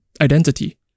identity